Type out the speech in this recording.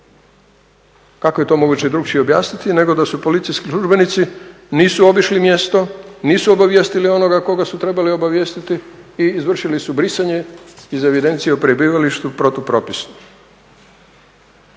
Kako je to moguće drukčije objasniti nego da su policijski službenici nisu obišli mjesto, nisu obavijestili onoga koga su trebali obavijestiti i izvršili su brisanje iz evidencije o prebivalištu protupropisno.